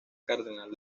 cardenal